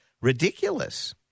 ridiculous